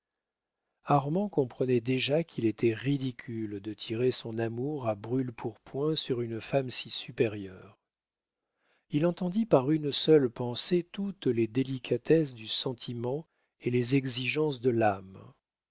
armand comprenait déjà qu'il était ridicule de tirer son amour à brûle-pourpoint sur une femme si supérieure il entendit par une seule pensée toutes les délicatesses du sentiment et les exigences de l'âme